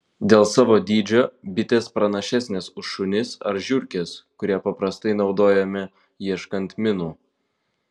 dėl savo dydžio bitės pranašesnės už šunis ar žiurkes kurie paprastai naudojami ieškant minų